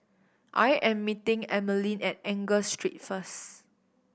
I am meeting Emmaline at Angus Street first